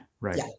right